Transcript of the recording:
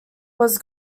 was